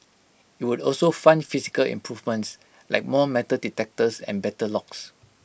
IT would also fund physical improvements like more metal detectors and better locks